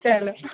چلو